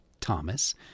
Thomas